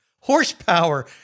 horsepower